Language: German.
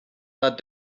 war